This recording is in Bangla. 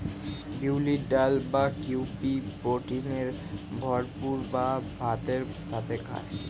বিউলির ডাল বা কাউপি প্রোটিনে ভরপুর যা ভাতের সাথে খায়